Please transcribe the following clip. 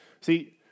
See